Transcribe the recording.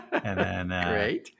Great